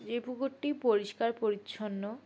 যে পুকুরটি পরিষ্কার পরিচ্ছন্ন